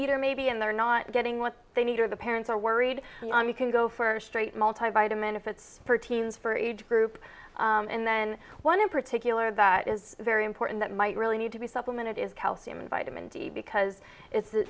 eater maybe and they're not getting what they need or the parents are worried you can go for straight multi vitamin if it's for teens for age group and then one in particular that is very important that might really need to be supplemented is l c m vitamin d because is the